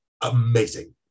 amazing